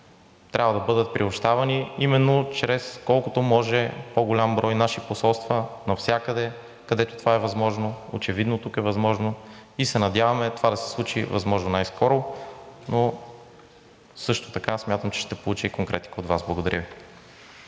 трябва да бъдат приобщавани именно чрез колкото може по-голям брой наши посолства навсякъде, където това е възможно. Очевидно тук е възможно и се надяваме това да се случи възможно най-скоро. Също така смятам, че ще получа и конкретика от Вас. Благодаря Ви.